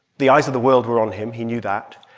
the eyes of the world were on him. he knew that.